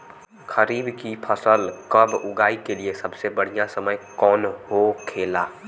खरीफ की फसल कब उगाई के लिए सबसे बढ़ियां समय कौन हो खेला?